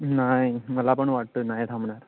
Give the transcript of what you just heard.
नाही मला पण वाटतो आहे नाही थांबणार